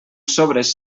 sobres